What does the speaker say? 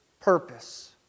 purpose